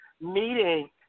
meeting